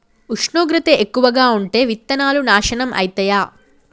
ఉష్ణోగ్రత ఎక్కువగా ఉంటే విత్తనాలు నాశనం ఐతయా?